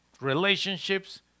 relationships